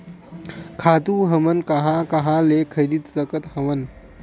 खातु हमन कहां कहा ले खरीद सकत हवन?